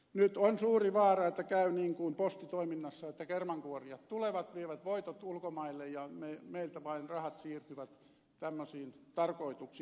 nyt on suuri vaara että käy niin kuin postitoiminnassa että kermankuorijat tulevat vievät voitot ulkomaille ja meiltä vain rahat siirtyvät tämmöisiin tarkoituksiin